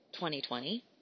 2020